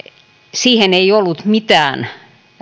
siihen ei ollut mitään